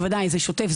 בוודאי זה שוטף,